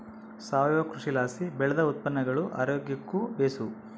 ಸಾವಯವ ಕೃಷಿಲಾಸಿ ಬೆಳ್ದ ಉತ್ಪನ್ನಗುಳು ಆರೋಗ್ಯುಕ್ಕ ಬೇಸು